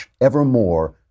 Evermore